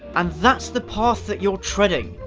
and that's the path that you're treading.